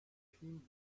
schien